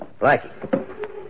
Blackie